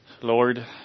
Lord